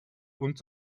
und